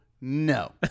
no